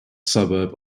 suburb